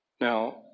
Now